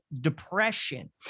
depression